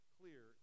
clear